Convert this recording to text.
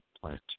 plant